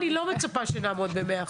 אני לא מצפה שנעמוד ב-100%,